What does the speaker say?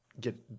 get